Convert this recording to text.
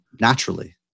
naturally